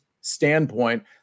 standpoint